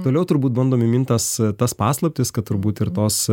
toliau turbūt bandom įmint tas tas paslaptis kad turbūt ir tos